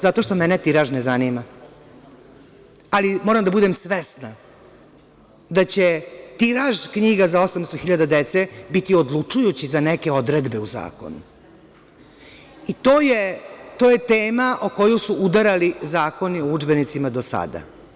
Zato što mene tiraž ne zanima, ali moram da budem svesna da će tiraž knjiga za 800.000 dece biti odlučujući za neke odredbe u zakonu i to je tema o koju su udarali zakoni o udžbenicima do sada.